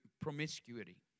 promiscuity